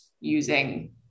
using